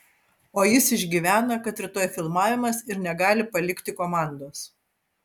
o jis išgyvena kad rytoj filmavimas ir negali palikti komandos